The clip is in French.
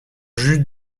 jus